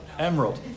Emerald